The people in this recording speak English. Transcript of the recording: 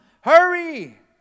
hurry